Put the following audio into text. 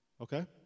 Okay